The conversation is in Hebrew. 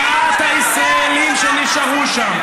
ממעט הישראלים שנשארו שם,